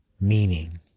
meaning